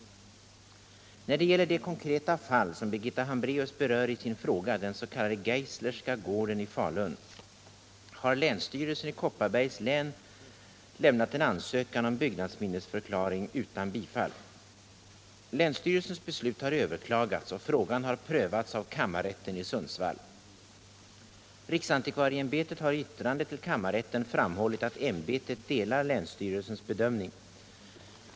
När det gäller det konkreta fall som Birgitta Hambraeus berör i sin fråga, den s.k. Geislerska gården i Falun, har länsstyrelsen i Kopparbergs län lämnat en ansökan om byggnadsminnesförklaring utan bifall. Länsstyrelsens beslut har överklagats, och frågan har prövats av kammarrätten i Sundsvall. Riksantikvarieämbetet har i yttrande till kammarrätten framhållit att ämbetet delar länsstyrelsens bedömning.